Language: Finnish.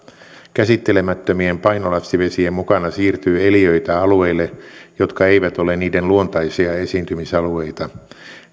käsittelemättömien painolastivesien mukana siirtyy eliöitä alueille jotka eivät ole niiden luontaisia esiintymisalueita